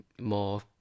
more